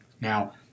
Now